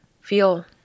feel